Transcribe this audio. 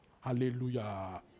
Hallelujah